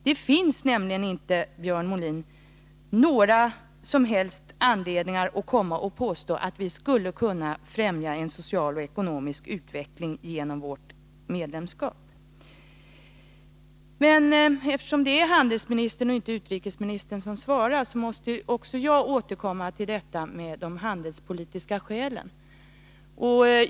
Det finns nämligen inte, Björn Molin, någon anledning att påstå att vi genom vårt medlemskap skulle främja en social och ekonomisk utveckling. Eftersom det är handelsministern och inte utrikesministern som svarar på min fråga måste också jag återkomma till de handelspolitiska skälen.